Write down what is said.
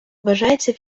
вважається